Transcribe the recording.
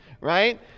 Right